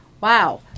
Wow